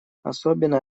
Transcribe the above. особенно